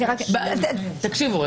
תקשיבו,